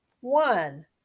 One